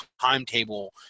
timetable